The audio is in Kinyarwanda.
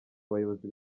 bayobozi